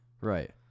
right